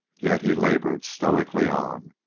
yet he labored stoically on,